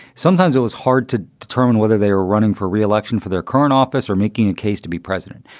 sometimes it was hard to determine whether they were running for re-election for their current office or making a case to be president.